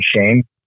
shame